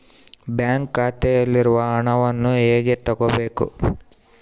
Bank ಖಾತೆಯಲ್ಲಿರುವ ಹಣವನ್ನು ಹೇಗೆ ತಗೋಬೇಕು?